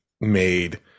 made